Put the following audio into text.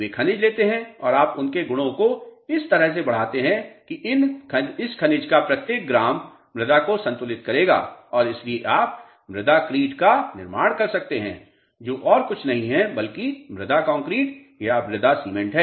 वे खनिज लेते हैं और आप उनके गुणों को इस तरह से बढ़ाते हैं कि इस खनिज का प्रत्येक ग्राम मृदा को संतुलित करेगा और इसलिए आप मृदा क्रिट का निर्माण कर सकते हैं जो और कुछ नहीं है बल्कि मृदा कंक्रीट या मृदा सीमेंट हैं